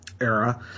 era